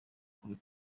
kuri